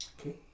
Okay